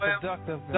productive